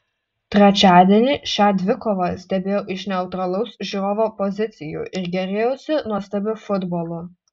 trečiadienį šią dvikovą stebėjau iš neutralaus žiūrovo pozicijų ir gėrėjausi nuostabiu futbolu